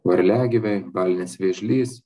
varliagyviai balinis vėžlys